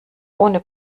ohne